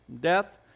death